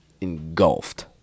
engulfed